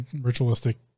ritualistic